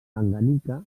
tanganyika